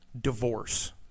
divorce